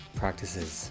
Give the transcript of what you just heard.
practices